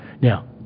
Now